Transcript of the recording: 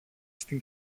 στην